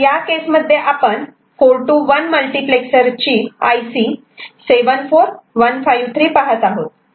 तर या केस मध्ये आपण 4 to 1 मल्टिप्लेक्सरची IC 74153 पाहत आहोत